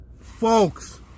folks